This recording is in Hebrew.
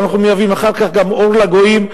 אנחנו מהווים אחר כך גם אור לגויים,